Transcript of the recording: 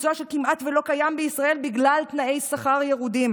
מקצוע שכמעט שלא קיים בישראל בגלל תנאי שכר ירודים,